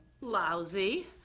Lousy